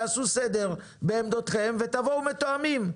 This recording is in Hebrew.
תעשו סדר בעמדותיכם ותחזרו אלינו מתואמים.